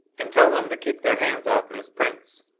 and tell them to keep their hands off miss prince.